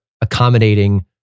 accommodating